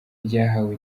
ryahawe